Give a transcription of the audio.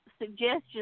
suggestions